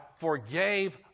forgave